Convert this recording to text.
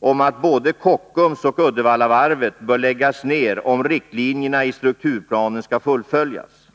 om att både Kockums och Uddevallavarvet bör läggas ned om riktlinjerna i strukturplanen skall fullföljas.